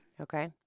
Okay